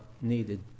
needed